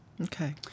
Okay